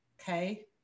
okay